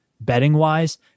betting-wise